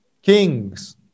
Kings